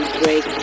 break